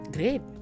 Great